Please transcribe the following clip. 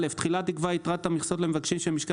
תחילה תקבע את יתרת המכסות למבקשים שמשקם